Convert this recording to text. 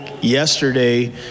yesterday